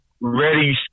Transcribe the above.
ready